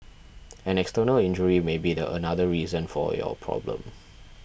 an external injury may be the another reason for your problem